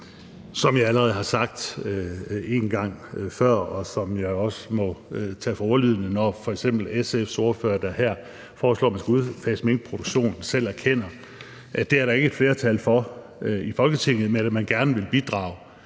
Som jeg allerede har sagt en gang før, må jeg tage for pålydende, når f.eks. SF's ordfører her foreslår, at man skal udfase minkproduktion, men selv erkender, at det er der ikke et flertal for i Folketinget, at man alligevel gerne vil bidrage